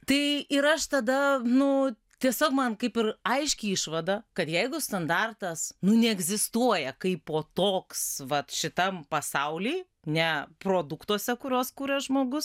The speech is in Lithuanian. tai ir aš tada nu tiesiog man kaip ir aiški išvada kad jeigu standartas neegzistuoja kaipo toks vat šitam pasauly ne produktuose kuriuos kuria žmogus